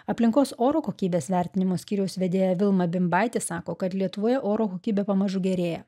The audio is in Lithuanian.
aplinkos oro kokybės vertinimo skyriaus vedėja vilma bimbaitė sako kad lietuvoje oro kokybė pamažu gerėja